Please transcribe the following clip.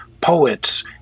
poets